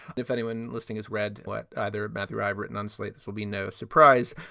if anyone listening has read what either matthew i've written on slate, this will be no surprise.